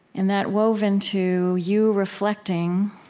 and that wove into you reflecting,